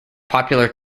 popular